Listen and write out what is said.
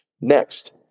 Next